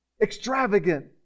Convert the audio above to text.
extravagant